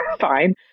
fine